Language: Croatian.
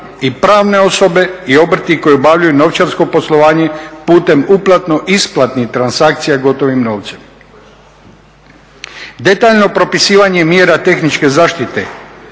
i pravne osobe i obrti koji obavljaju novčarsko poslovanje putem uplatno-isplatnih transakcija gotovim novcem. Detaljno propisivanje mjera tehničke zaštite,